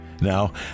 Now